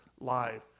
live